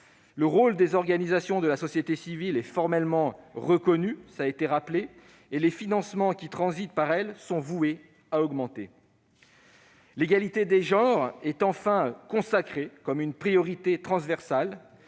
Le rôle des organisations de la société civile est formellement reconnu- cela a été rappelé -et les financements qui transitent par elles sont voués à augmenter. L'égalité des genres est enfin consacrée comme une priorité transversale,